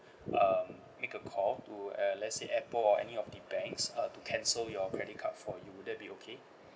um make a call to uh or any of the banks uh to cancel your credit card for you would that be okay